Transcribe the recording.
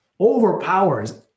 overpowers